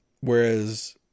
Whereas